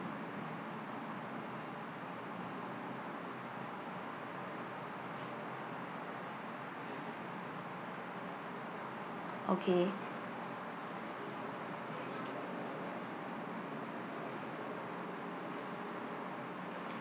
okay